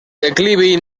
declivi